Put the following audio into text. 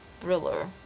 thriller